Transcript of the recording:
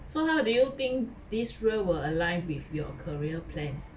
so how do you think this role will align with your career plans